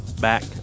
back